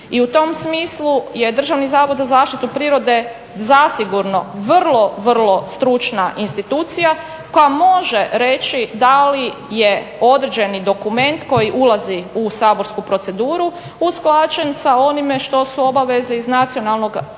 I u tom smislu je Državni zavod za zaštitu prirode zasigurno vrlo, vrlo stručna institucija koja može reći da li je određeni dokument koji ulazi u saborsku proceduru usklađen sa onime što su obaveze iz Nacionalne